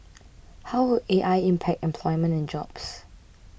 and how will A I impact employment and jobs